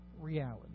reality